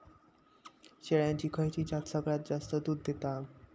शेळ्यांची खयची जात सगळ्यात जास्त दूध देता?